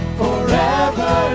forever